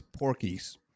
porkies